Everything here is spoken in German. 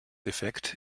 effekt